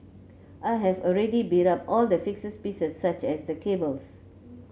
I have already built up all the fixed pieces such as the cables